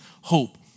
hope